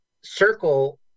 Circle